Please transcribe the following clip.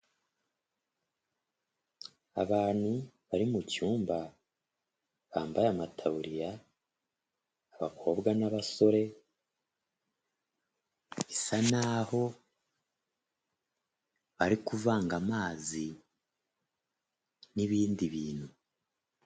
Abantu bari mu cyumba, bambaye amataburiya, abakobwa n'abasore, bisa n'aho ari kuvanga amazi n'ibindi bintu.